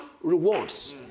rewards